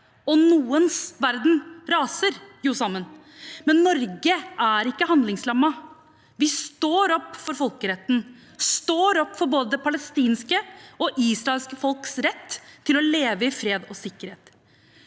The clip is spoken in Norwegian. Og noens verden raser jo sammen. Men Norge er ikke handlingslammet. Vi står opp for folkeretten. Vi står opp for både det palestinske folks og det israelske folks rett til å leve i fred og sikkerhet.